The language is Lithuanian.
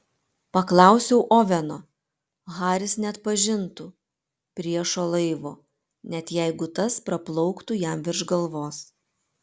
paklausiau oveno haris neatpažintų priešo laivo net jeigu tas praplauktų jam virš galvos